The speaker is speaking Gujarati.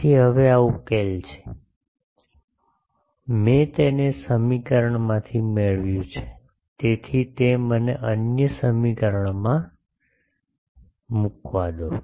તેથી હવે આ ઉકેલો છે મેં તેને આ સમીકરણમાંથી મેળવ્યું છે તેથી તે મને અન્ય સમીકરણમાં મૂકવા દો